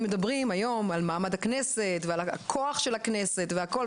מדברים היום על מעמד הכנסת ועל הכוח של הכנסת והכול,